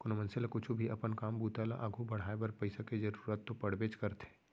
कोनो मनसे ल कुछु भी अपन काम बूता ल आघू बढ़ाय बर पइसा के जरूरत तो पड़बेच करथे